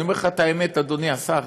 אני אומר לך את האמת, אדוני השר,